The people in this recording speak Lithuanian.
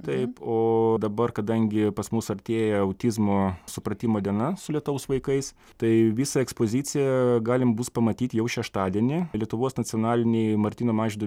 taip o dabar kadangi pas mus artėja autizmo supratimo diena su lietaus vaikais tai visą ekspoziciją galim bus pamatyti jau šeštadienį lietuvos nacionalinėj martyno mažvydo